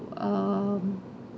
um